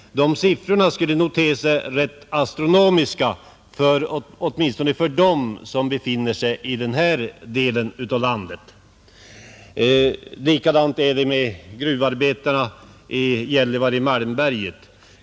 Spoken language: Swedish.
De siffrorna skulle nog te sig rätt astronomiska, åtminstone för dem som befinner sig i den här delen av landet. Likadant är det med gruvarbetarna i Gällivare-Malmberget.